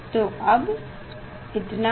तो अब इतना ही